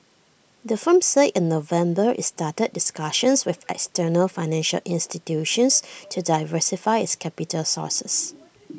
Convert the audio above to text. the firm said in November it's started discussions with external financial institutions to diversify its capital sources